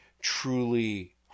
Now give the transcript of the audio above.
truly